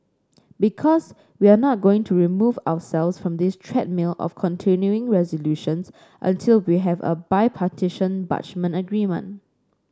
because we're not going to remove ourselves from this treadmill of continuing resolutions until we have a bipartisan budget agreement